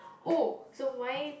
oh so my